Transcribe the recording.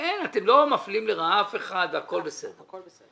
אתם לא מפלים לרעה אף אחד והכול בסדר.